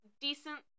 decent